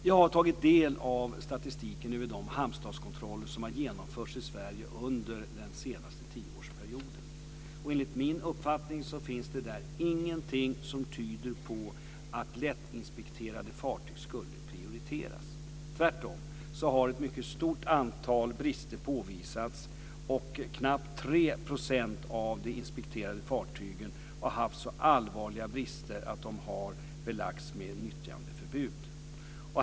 Jag har tagit del av statistiken över de hamnstatskontroller som har genomförts i Sverige under den senaste tioårsperioden. Enligt min uppfattning finns där ingenting som tyder på att lättinspekterade fartyg skulle prioriteras. Tvärtom har ett mycket stort antal brister påvisats, och knappt 3 % av de inspekterade fartygen har haft så allvarliga brister att de har belagts med nyttjandeförbud.